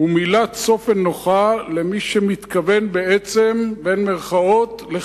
הוא מילת צופן נוחה למי שמתכוון בעצם ל"חיסול".